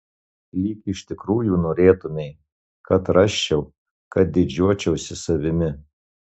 lyg iš tikrųjų norėtumei kad rasčiau kad didžiuočiausi savimi